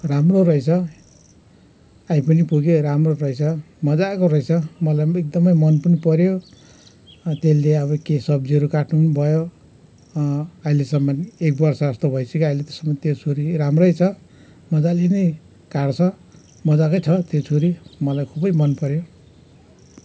राम्रो रहेछ आई पनि पुग्यो राम्रो रहेछ मज्जाको रहेछ मलाई पनि एकदमै मन पनि पऱ्यो त्यसले अब के सब्जीहरू काट्नु पनि भयो अहिलेसम्म एक वर्ष जस्तो भइसक्यो अहिलेसम्म त्यो छुरी राम्रै छ मज्जाले नै काट्छ मज्जाकै छ त्यो छुरी मलाई खुबै मनपऱ्यो